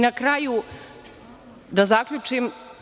Na kraju, da zaključim.